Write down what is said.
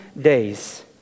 days